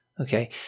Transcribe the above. Okay